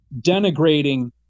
denigrating